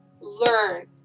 Learn